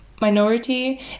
minority